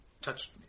touched